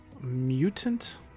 mutant